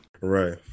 Right